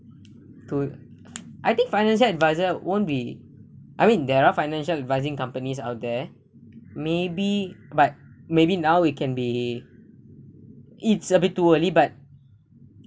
to I think financial advisor won't be I mean there're financial advising companies out there maybe but maybe now we can be it's a bit too early but